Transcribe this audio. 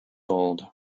old